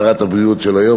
שרת הבריאות של היום.